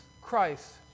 Christ